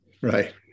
Right